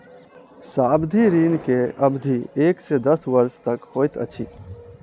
सावधि ऋण के अवधि एक से दस वर्ष तक होइत अछि